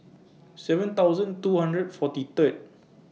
seven thousand two hundred forty Third